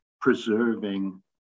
preserving